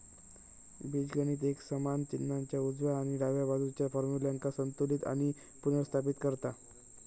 बीजगणित एक समान चिन्हाच्या उजव्या आणि डाव्या बाजुच्या फार्म्युल्यांका संतुलित आणि पुनर्स्थापित करता